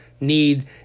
need